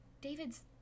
David's